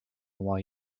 why